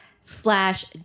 slash